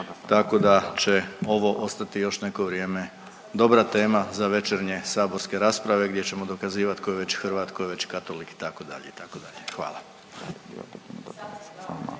tako da će ovo ostati još neko vrijeme dobra tema za večernje saborske rasprave gdje ćemo dokazivati tko je veći Hrvat, tko je veći katolik itd. itd.